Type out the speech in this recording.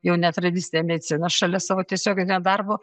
jau netradicine medicina šalia savo tiesioginio darbo